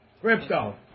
Crypto